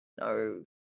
no